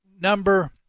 number